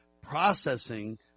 processing